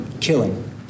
killing